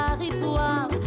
ritual